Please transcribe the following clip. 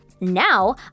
Now